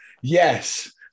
yes